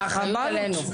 האחריות עלינו.